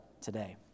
today